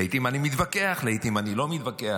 לעיתים אני מתווכח, לעיתים אני לא מתווכח.